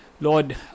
Lord